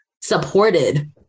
supported